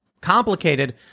complicated